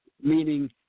meaning